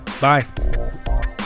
Bye